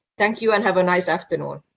thank you and have a nice afternoon,